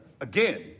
again